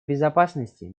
безопасности